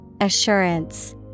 Assurance